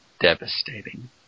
devastating